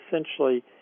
essentially